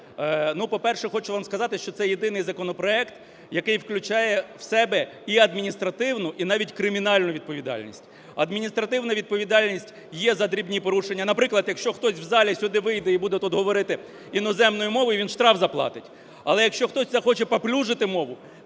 По-перше, хочу вам сказати, що це єдиний законопроект, який включає в себе і адміністративну, і навіть кримінальну відповідальність. Адміністративна відповідальність є за дрібні порушення, наприклад, якщо хтось в залі сюди вийде і буде тут говорити іноземною мовою, він штраф заплатить, але, якщо хтось захоче паплюжити мову,